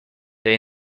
they